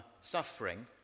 suffering